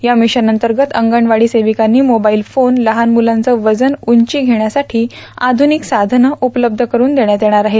या मिशनअंतर्गत अंगणवाडी सेविकांना मोबाईल फोन लहान म्रलांचं वजन उंची घेण्यासाठी आध्रनिक साधनं उपलब्ध करून देण्यात येणार आहेत